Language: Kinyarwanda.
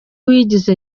wigize